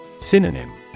Synonym